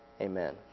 Amen